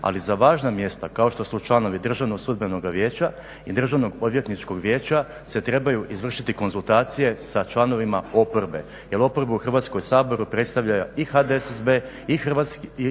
ali za važna mjesta kao što su članovi Državnog sudbenoga vijeća i Državnog odvjetničkog vijeća se trebaju izvršiti konzultacije sa članovima oporbe jer oporbu u Hrvatskom saboru predstavlja i HDSSB i laburisti